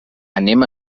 anem